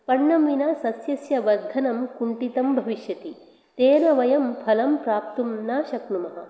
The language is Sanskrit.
पर्णं विना सस्यस्य वर्धनं कुण्ठितं भविष्यति तेन वयं फलं प्राप्तुं न शक्नुमः